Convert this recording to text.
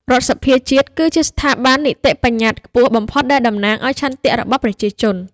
រដ្ឋសភាជាតិ គឺជាស្ថាប័ននីតិបញ្ញត្តិខ្ពស់បំផុតដែលតំណាងឱ្យឆន្ទៈរបស់ប្រជាជន។